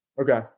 Okay